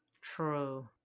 True